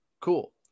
cool